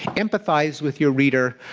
empathise with your reader,